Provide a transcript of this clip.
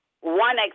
one